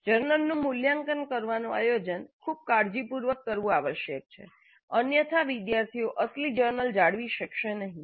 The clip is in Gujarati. જર્નલનું મૂલ્યાંકન કરવાનું આયોજન ખૂબ કાળજીપૂર્વક કરવું આવશ્યક છે અન્યથા વિદ્યાર્થીઓ અસલી જર્નલ જાળવી શકશે નહીં